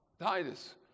Titus